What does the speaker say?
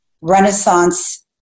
Renaissance